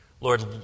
Lord